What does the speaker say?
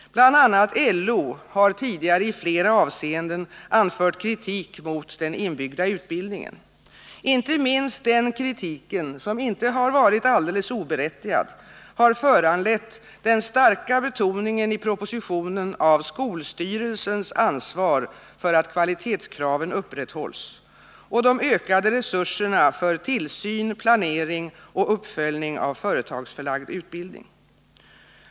Bl. a. LO har tidigare i flera avseenden anfört kritik mot den inbyggda utbildningen. Inte minst denna kritik, som inte har varit alldeles oberättigad, har föranlett den starka betoningen i propositionen av skolstyrelsens ansvar för att kvalitetskraven upprätthålls och av de ökade resurserna för tillsyn, planering och uppföljning av företagsförlagd utbildning.